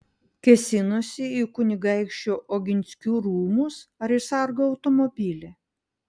kėsinosi į kunigaikščių oginskių rūmus ar į sargo automobilį